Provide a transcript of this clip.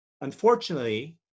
Unfortunately